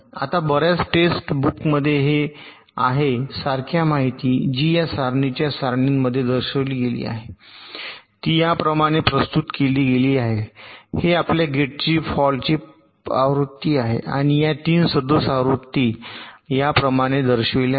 आता बर्याच टेक्स्ट बुकमध्ये हे आहे सारख्या माहिती जी या सारणीच्या सारणीमध्ये दर्शविली गेली आहे ती याप्रमाणे प्रस्तुत केली गेली आहे हे आपल्या गेटची फॉल्ट फ्री आवृत्ती आहे आणि या 3 सदोष आवृत्ती याप्रमाणे दर्शविल्या आहेत